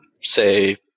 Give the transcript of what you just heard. say